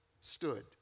stood